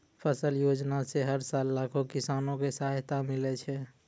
फसल योजना सॅ हर साल लाखों किसान कॅ सहायता मिलै छै